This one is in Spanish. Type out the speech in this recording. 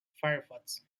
firefox